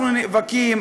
אנחנו נאבקים.